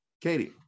Katie